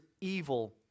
evil